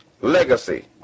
legacy